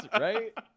right